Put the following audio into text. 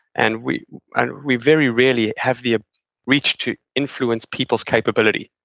and we and we very rarely have the ah reach to influence people's capability.